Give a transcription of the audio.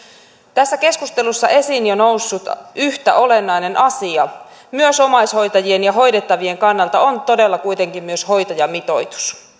tässä keskustelussa esiin jo noussut yhtä olennainen asia myös omaishoitajien ja hoidettavien kannalta on todella kuitenkin myös hoitajamitoitus